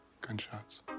gunshots